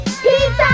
Pizza